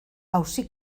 auzi